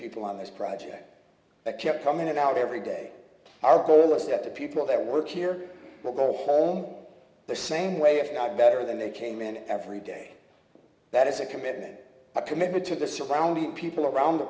people on this project that kept coming out every day our goal is that the people that work here will go home the same way if not better than they came in every day that is a commitment a commitment to the surrounding people around the